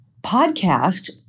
podcast